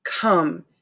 Come